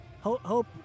Hope